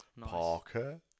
Parker